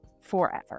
Forever